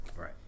right